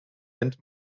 nennt